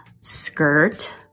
Skirt